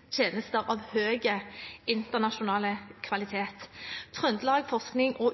og